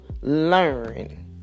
learn